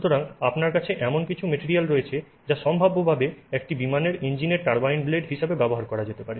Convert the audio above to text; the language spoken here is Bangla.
সুতরাং আপনার কাছে এমন কিছু মেটেরিয়াল রয়েছে যা সম্ভাব্যভাবে একটি বিমানের ইঞ্জিনের টারবাইন ব্লেড হিসাবে ব্যবহার করা যেতে পারে